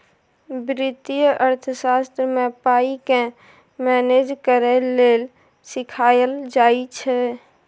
बित्तीय अर्थशास्त्र मे पाइ केँ मेनेज करय लेल सीखाएल जाइ छै